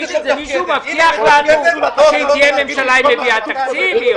מישהו מבטיח לנו שאם תהיה ממשלה היא תביא תקציב?